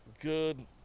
good